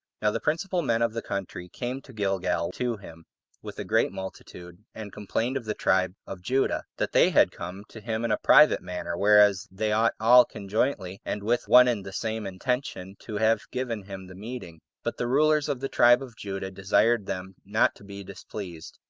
now the principal men of the country came to gilgal to him with a great multitude, and complained of the tribe of judah, that they had come to him in a private manner whereas they ought all conjointly, and with one and the same intention, to have given him the meeting. but the rulers of the tribe of judah desired them not to be displeased,